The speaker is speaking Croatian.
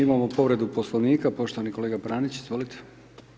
Imamo povredu Poslovnika, poštovani kolega Pranić, izvolite.